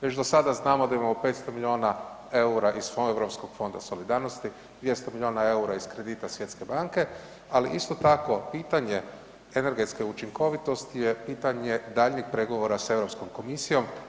Već do sada znamo da imamo 500 milijuna EUR-a iz Europskog fonda solidarnosti, 200 milijuna eura iz kredita Svjetske banke, ali isto tako pitanje energetske učinkovitosti je pitanje daljnjeg pregovora sa Europskom komisijom.